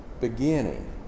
beginning